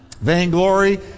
Vainglory